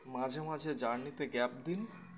মাঝে মাঝে জার্নিতে গ্যাপ দিন